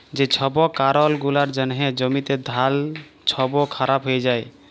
যে ছব কারল গুলার জ্যনহে জ্যমিতে ধাল ছব খারাপ হঁয়ে যায়